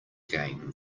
game